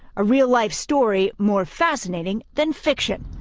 a real life story more fascinating than fiction.